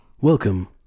Welcome